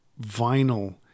vinyl